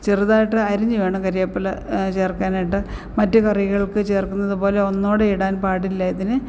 ചെറുതായിട്ട് അരിഞ്ഞ് വേണം കരിവേപ്പില ചേർക്കാനായിട്ട് മറ്റു കറികൾക്ക് ചേർക്കുന്നത് പോലെ ഒന്നോടെയിടാൻ പാടില്ല ഇതിന്